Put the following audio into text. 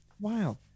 Wow